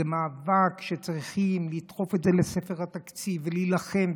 זה מאבק שצריך לדחוף לספר התקציב ולהילחם,